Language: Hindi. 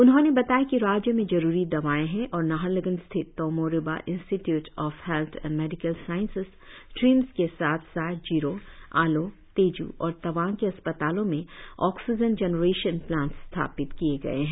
उन्होंने बताया कि राज्य में जरुरी दवाएं है और नाहरलगुन स्थित Tomo Riba institute of health and medical sciences TRIHMS के साथ साथ जीरो आलो तेजू और तवांग के अस्पतालों में ऑक्सीजन जेनरेशन प्लांट्स स्थापित किए गए है